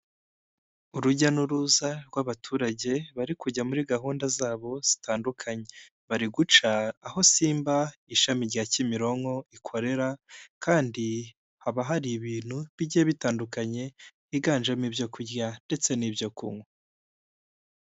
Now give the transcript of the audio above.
Urujya n'uruza rw'abaturage, bari kujya muri gahunda zabo zitandukanye. Bari guca aho Simba ishami rya Kimironko ikorera kandi haba hari ibintu bigiye bitandukanye higanjemo ibyo kurya ndetse n'ibyo kunywa.